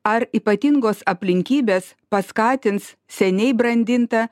ar ypatingos aplinkybės paskatins seniai brandintą